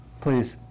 Please